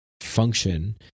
function